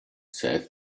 said